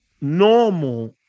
normal